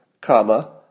comma